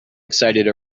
excited